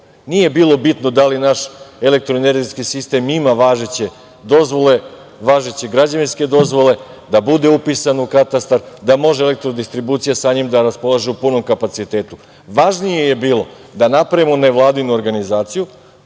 bilo bitno da li naš elektroenergetski sistem ima važeće dozvole, važeće građevinske dozvole, da bude upisan u katastar, da može „Elektrodistribucija“ sa njim da raspolaže u punom kapacitetu, važnije je bilo da napravimo nevladinu organizaciju,